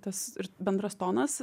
tas ir bendras tonas